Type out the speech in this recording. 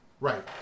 Right